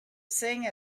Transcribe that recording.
sing